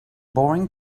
boring